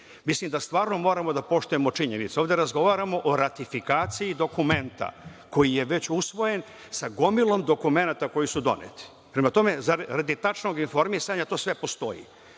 da stvarno moramo da poštujemo činjenice. Ovde razgovaramo o ratifikaciji dokumenta koji je već usvojen sa gomilom dokumenata koji su doneti. Prema tome, radi tačnog informisanja – to sve postoji.